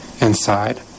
inside